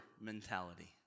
mentality